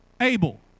Abel